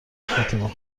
فاطمه